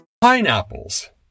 Pineapples